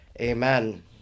Amen